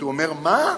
הוא אומר: מה,